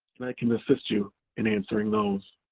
and i can assist you in answering those.